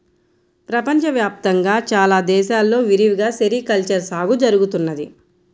ప్రపంచ వ్యాప్తంగా చాలా దేశాల్లో విరివిగా సెరికల్చర్ సాగు జరుగుతున్నది